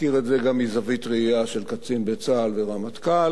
מכיר את זה גם מזווית ראייה של קצין בצה"ל ורמטכ"ל,